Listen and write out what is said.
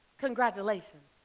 congratulations,